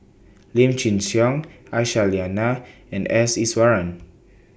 Lim Chin Siong Aisyah Lyana and S Iswaran